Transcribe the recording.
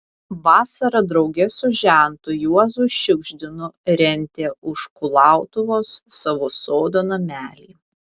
vasarą drauge su žentu juozu šiugždiniu rentė už kulautuvos savo sodo namelį